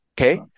Okay